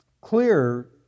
clear